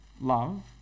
love